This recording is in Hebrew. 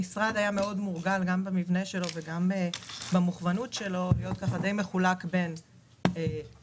המשרד היה מאוד מורגל במבנה שלו ובמוכוונות להיות מחולק בין תשתיות,